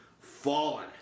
fallen